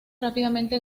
rápidamente